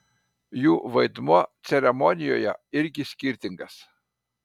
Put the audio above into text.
jų vaidmuo ceremonijoje irgi skirtingas